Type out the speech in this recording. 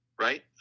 right